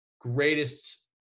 greatest